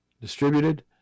distributed